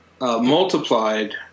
multiplied